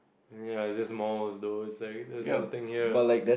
ya is it small though its nothing here